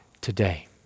today